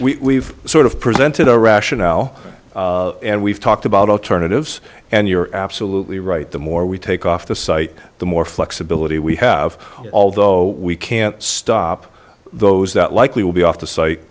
we sort of presented a rationale and we've talked about alternatives and you're absolutely right the more we take off the site the more flexibility we have although we can't stop those that likely will be off the